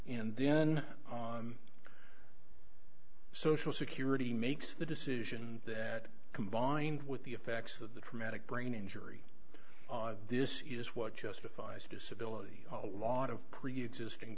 and then on social security makes the decision that combined with the effects of the traumatic brain injury this is what justifies disability a lot of preexisting